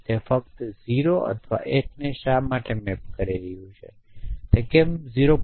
તે ફક્ત 0 અથવા 1 ને શા માટે મેપ કરી રહ્યું છે તે કેમ 0